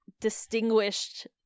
distinguished